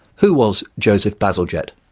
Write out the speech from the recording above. who was joseph bazalgette,